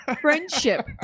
Friendship